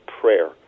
prayer